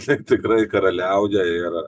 čia tikrai karaliauja ir